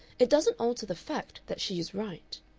it doesn't alter the fact that she is right.